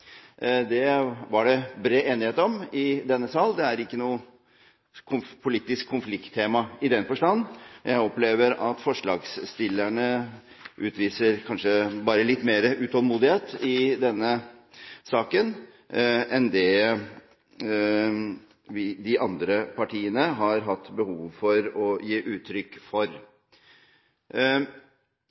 Dette var det bred enighet om i denne sal, og det er ikke noe politisk konflikttema i den forstand. Jeg opplever at forslagsstillerne utviser litt mer utålmodighet i denne saken enn det de andre partiene har hatt behov for å gi uttrykk for.